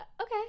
okay